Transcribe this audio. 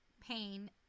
pain